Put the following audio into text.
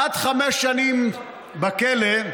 עד חמש שנים בכלא,